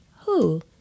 Who